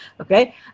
Okay